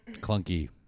Clunky